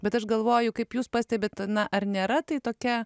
bet aš galvoju kaip jūs pastebit na ar nėra tai tokia